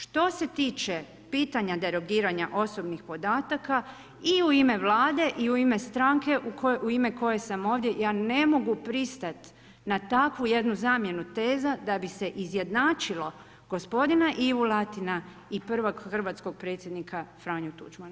Što se tiče pitanja derogiranja osobnih podataka i u ime Vlade i u ime stranke u ime koje sam ovdje ja ne mogu pristati na takvu jednu zamjenu teza da bi se izjednačilo gospodina Ivu Latina i prvog hrvatskog predsjednika Franju Tuđmana.